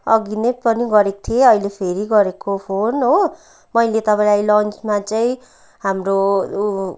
अघि नै पनि गरेको थिएँ अहिले फेरि गरेको फोन हो मैले तपाईँलाई लन्चमा चाहिँ हाम्रो